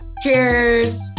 cheers